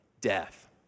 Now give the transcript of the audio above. death